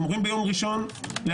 אתם אמורים ביום ראשון להגיב,